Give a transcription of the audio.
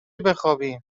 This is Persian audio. بخوابیم